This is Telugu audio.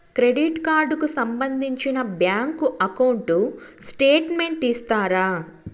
క్రెడిట్ కార్డు కు సంబంధించిన బ్యాంకు అకౌంట్ స్టేట్మెంట్ ఇస్తారా?